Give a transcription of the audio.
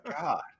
God